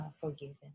forgiven